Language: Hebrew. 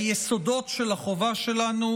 היסודות של החובה שלנו,